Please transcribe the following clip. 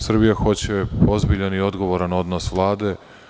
Srbija hoće ozbiljan i odgovoran odnos Vlade.